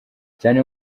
cyane